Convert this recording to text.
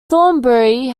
thornbury